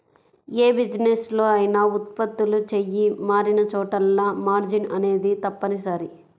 యే బిజినెస్ లో అయినా ఉత్పత్తులు చెయ్యి మారినచోటల్లా మార్జిన్ అనేది తప్పనిసరి